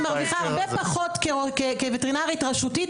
אני מרוויחה הרבה פחות כווטרינרית רשותית,